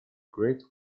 great